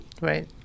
Right